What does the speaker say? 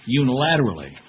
unilaterally